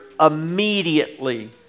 immediately